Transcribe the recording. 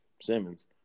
simmons